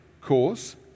cause